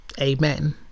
Amen